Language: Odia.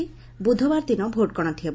ବୁଧବାର ଦିନ ଭୋଟଗଣତି ହେବ